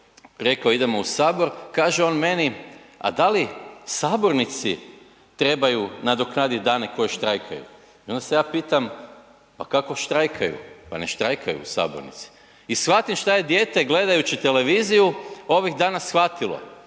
rekao idemo u Sabor, kaže on meni a da li sabornici trebaju nadoknaditi dane koje štrajkaju. I onda se ja pitam, pa kako štrajkaju, pa ne štrajkaju u sabornici. I shvatim šta je dijete gledajući televiziju ovih dana shvatilo